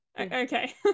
Okay